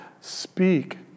speak